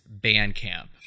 Bandcamp